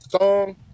song